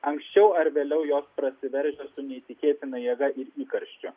anksčiau ar vėliau jos prasiveržia su neįtikėtina jėga ir įkarščiu